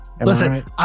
Listen